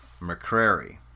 McCrary